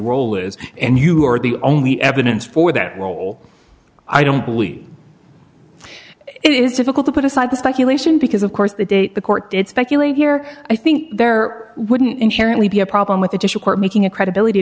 role is and you are the only evidence for that role i don't believe it is difficult to put aside the speculation because of course the date the court did speculate here i think there wouldn't inherently be a problem with additional court making a credibility